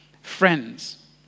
Friends